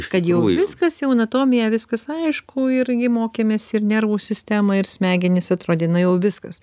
kad jau viskas jau anatomija viskas aišku ir gi mokėmės ir nervų sistemą ir smegenis atrodė na jau viskas